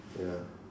ya